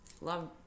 love